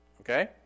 Okay